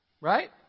right